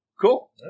Cool